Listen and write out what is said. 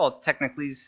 technically